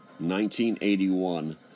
1981